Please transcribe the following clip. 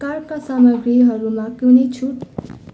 कारका सामग्रीहरूमा कुनै छुट